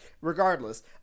regardless